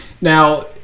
now